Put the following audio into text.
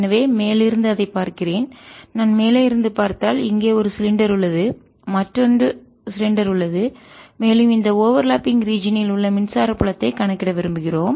எனவே மேலிருந்து அதைப் பார்க்கிறேன் நான் மேலே இருந்து பார்த்தால் இங்கே ஒரு சிலிண்டர் உருளை உள்ளது மற்றொன்று சிலிண்டர் உருளை உள்ளது மேலும் இந்த ஓவர்லாப்பிங் ஒன்றுடன் ஒன்று ரீஜியன் உள்ள மின்சார புலத்தை கணக்கிட விரும்புகிறோம்